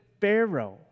Pharaoh